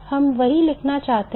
हम यही लिखना चाहते हैं